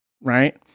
right